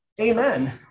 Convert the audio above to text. Amen